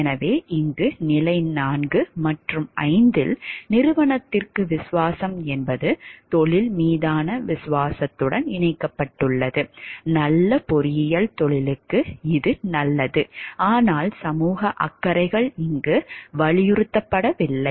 எனவே இங்கு நிலை 4 மற்றும் 5 இல் நிறுவனத்திற்கு விசுவாசம் என்பது தொழில் மீதான விசுவாசத்துடன் இணைக்கப்பட்டுள்ளது நல்ல பொறியியல் தொழிலுக்கு இது நல்லது ஆனால் சமூக அக்கறைகள் இங்கு வலியுறுத்தப்படவில்லை